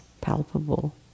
palpable